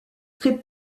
très